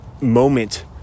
moment